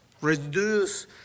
reduce